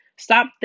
Stop